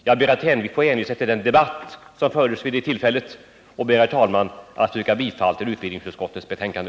Jag skulle vilja hänvisa till den debatt som fördes vid det tillfället och ber, herr talman, att få yrka bifall till hemställan i utbildningsutskottets betänkande.